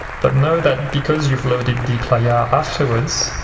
but know that because you've loaded dplyr afterwards,